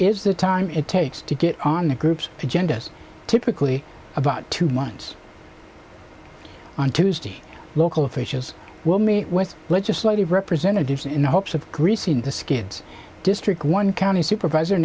is the time it takes to get on the groups genders typically about two months on tuesday local officials will meet with legislative representatives in the hopes of greasing the skids district one county supervisor